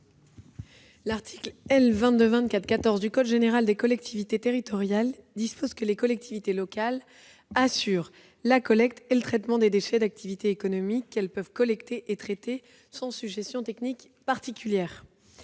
L'article L. 2224-14 du code général des collectivités territoriales dispose que les collectivités locales assurent la collecte et le traitement des déchets d'activités économiques qu'elles peuvent « collecter et traiter sans sujétions techniques particulières